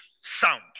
sound